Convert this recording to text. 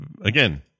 again